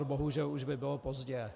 Bohužel už by bylo pozdě.